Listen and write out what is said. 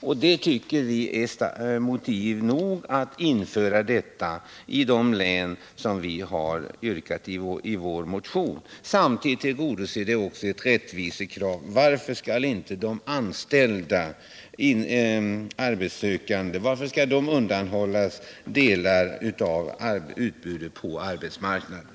Enligt vår åsikt är detta motiv nog för att införa allmän platsanmälan i de län som nämns i vår motion. Samtidigt tillgodoses ett rättvisekrav. Varför skall de arbetssökande undanhållas delar av arbetsmarknadens arbetskraftsutbud?